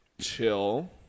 chill